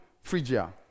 Phrygia